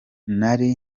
nari